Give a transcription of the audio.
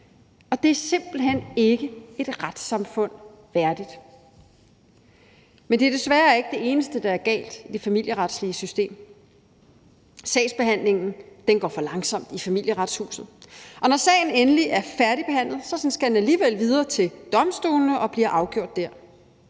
og det er simpelt hen ikke et retssamfund værdigt. Men det er desværre ikke det eneste, der er galt i det familieretslige system. Sagsbehandlingen går for langsomt i Familieretshuset, og når sagen endelig er færdigbehandlet, skal den alligevel videre til domstolene og blive afgjort dér.